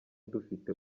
dufite